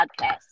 podcast